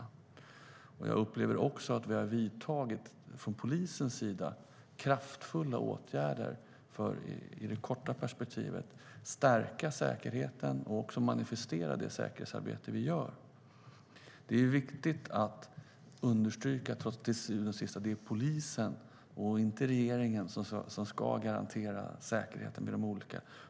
Jag upplever också att vi från polisens sida har vidtagit kraftfulla åtgärder i det korta perspektivet för att stärka säkerheten och manifestera det säkerhetsarbete vi gör. Det är viktigt att understryka att det till syvende och sist är polisen och inte regeringen som ska garantera säkerheten.